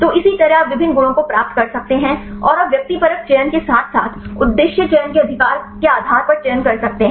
तो इसी तरह आप विभिन्न गुणों को प्राप्त कर सकते हैं और आप व्यक्तिपरक चयन के साथ साथ उद्देश्य चयन अधिकार के आधार पर चयन कर सकते हैं